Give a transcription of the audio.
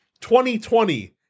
2020